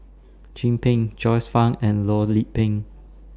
Chin Peng Joyce fan and Loh Lik Peng